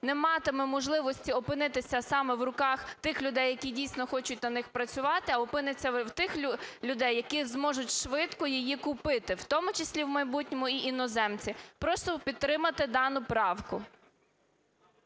не матиме можливості опинитися саме в руках тих людей, які дійсно хочуть на ній працювати, а опиниться в тих людей, які зможуть швидко її купити, в тому числі в майбутньому й іноземці. Просто підтримати дану правку.